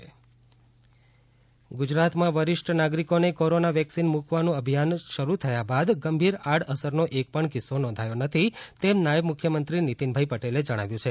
નિતિન પટેલ રસીની આડઅસરનો ઇનકાર ગુજરાતમાં વરિષ્ઠ નાગરિકોને કોરોના વેક્સિન મૂકવાનું અભિયાન શરૂ થયા બાદ ગંભીર આડઅસરનો એક પણ કિસ્સો નોંધાયો નથી તેમ નાયબ મુખ્યમંત્રી નિતિનભાઈ પટેલે જણાવ્યુ છે